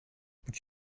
would